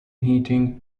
heating